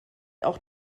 auch